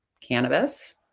cannabis